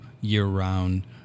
year-round